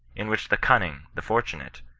in which the cunning, the fortunate,